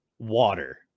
water